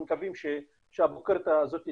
אנחנו מקווים שהביקורת הזאת תופסק,